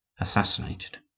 assassinated